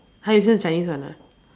!huh! you listen to Chinese one ah